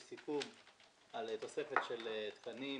יש סיכום על תוספת של 101 תקנים